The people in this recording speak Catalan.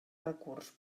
recurs